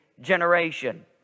generation